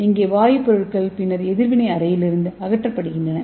இங்கே வாயு பொருட்கள் பின்னர் எதிர்வினை அறையிலிருந்து அகற்றப்படுகின்றன